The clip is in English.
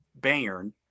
Bayern